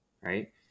right